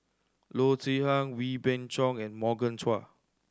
Loo Zihan Wee Beng Chong and Morgan Chua